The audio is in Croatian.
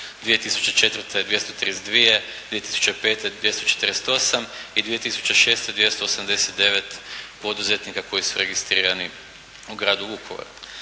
2004. 232, 2005. 248 i 2006. 289 poduzetnika koji su registrirani u gradu Vukovaru.